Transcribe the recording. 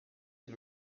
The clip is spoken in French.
est